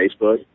Facebook